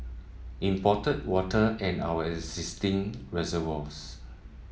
imported water and our existing reservoirs